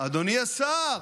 אדוני השר.